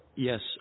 Yes